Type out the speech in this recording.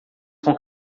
com